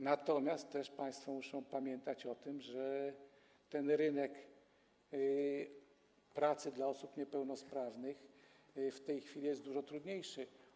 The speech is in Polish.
Natomiast państwo muszą też pamiętać o tym, że rynek pracy dla osób niepełnosprawnych w tej chwili jest dużo trudniejszy.